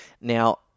Now